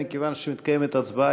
מכיוון שמתקיימת הצבעה,